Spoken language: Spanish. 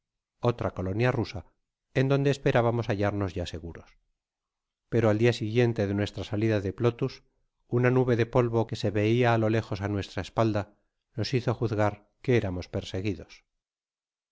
otra colonia rusa en donde esperábamos hallarnos ya seguros pero al dia siguiente de nuestra salida de plothus una nube de polvo que se veia á lo lejos á nuestra espalda nos hizo juzgar que éramos perseguidos